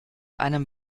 einem